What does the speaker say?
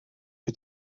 wyt